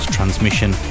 Transmission